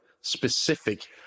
specific